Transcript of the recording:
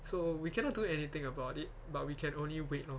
so we cannot do anything about it but we can only wait lor